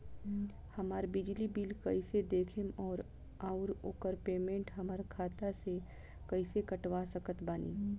हमार बिजली बिल कईसे देखेमऔर आउर ओकर पेमेंट हमरा खाता से कईसे कटवा सकत बानी?